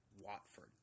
Watford